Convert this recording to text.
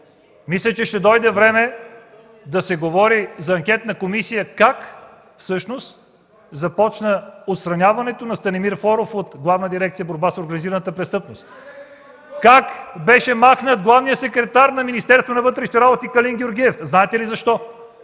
мисля, че ще дойде време да се говори за анкетна комисия за това как всъщност започна отстраняването на Станимир Флоров от Главна дирекция „Борба с организираната престъпност” (провиквания от КБ), как беше махнат главният секретар на Министерството на вътрешните работи Калин Георгиев. Знаете ли защо?